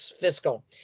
fiscal